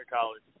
college